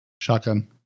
shotgun